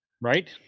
Right